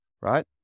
right